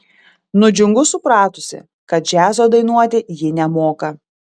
nudžiungu supratusi kad džiazo dainuoti ji nemoka